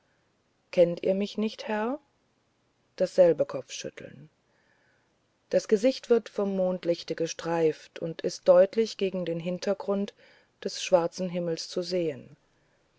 kennt ihr mich nicht herr dasselbe kopfschütteln das gesicht wird vom mondlichte gestreift und ist deutlich gegen den hintergrund des schwarzen himmels zu sehen